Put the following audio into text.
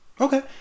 Okay